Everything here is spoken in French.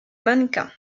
mannequin